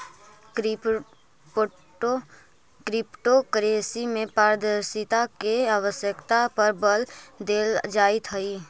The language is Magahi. क्रिप्टो करेंसी में पारदर्शिता के आवश्यकता पर बल देल जाइत हइ